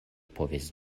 povis